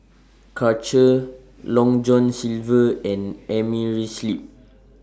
Karcher Long John Silver and Amerisleep